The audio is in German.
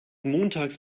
montags